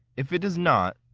if it does not,